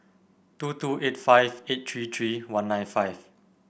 two two eight five eight three three one nine five